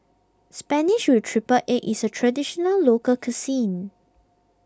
Spinach with Triple Egg is a Traditional Local Cuisine